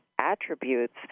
Attributes